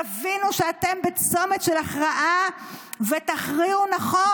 תבינו שאתם בצומת של הכרעה ותכריעו נכון.